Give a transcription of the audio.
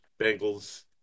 Bengals